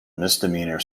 misdemeanor